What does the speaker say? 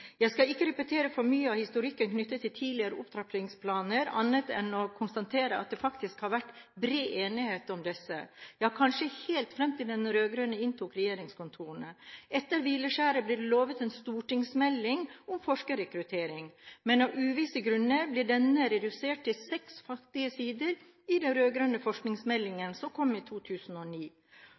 Jeg skal ikke repetere så mye av historikken knyttet til tidligere opptrappingsplaner annet enn å konstatere at det faktisk har vært bred enighet om disse – ja kanskje helt fram til de rød-grønne inntok regjeringskontorene. Etter hvileskjæret ble vi lovet en stortingsmelding om forskerrekruttering, men av uvisse grunner ble denne redusert til seks fattige sider i den rød-grønne forskningsmeldingen, som kom i 2009.